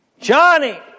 Johnny